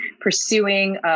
pursuing